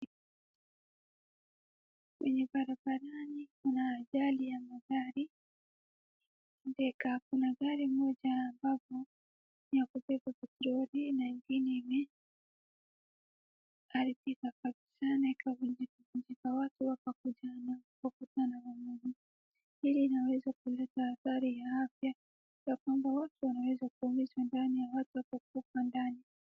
Kwenye barabarani kuna ajali ya magari. Ambaye kaa kuna gari moja ambapo ni ya kubeba petroli, na ingine imeharibika kabisa na ikavunjikavunjika. Watu wakakuja wakakusanya pamoja. Hii inaweza kuleta adhari ya afya. Yakwamba watu wanaweza kuumizwa ndani na watu wakakufa ndani.